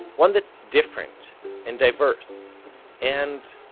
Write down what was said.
one that's different and diverse and,